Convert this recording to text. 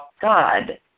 God